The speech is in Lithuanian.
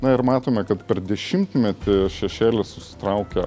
na ir matome kad per dešimtmetį šešėlis susitraukė